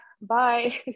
Bye